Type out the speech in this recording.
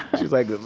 she's like,